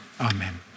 Amen